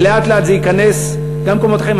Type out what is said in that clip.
ולאט-לאט זה ייכנס גם למקומות אחרים.